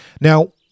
Now